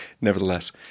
nevertheless